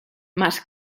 más